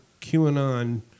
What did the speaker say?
QAnon